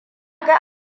ga